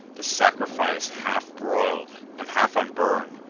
the sacrifice half-broil'd, and half-unburn'd.